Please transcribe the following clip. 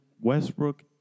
Westbrook